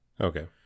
Okay